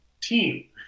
team